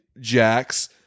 Jax